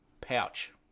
pouch